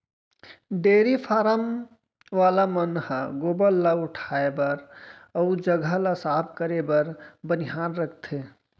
dairy farm वाला मन ह गोबर ल उठाए बर अउ जघा ल साफ करे बर बनिहार राखथें